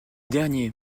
dernier